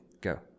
go